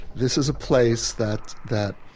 this is a place that that